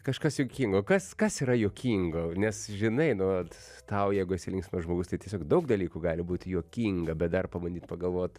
kažkas juokingo kas kas yra juokingo nes žinai nu vat tau jeigu esi linksmas žmogus tai tiesiog daug dalykų gali būti juokinga bet dar pabandyt pagalvot